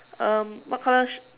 um what colour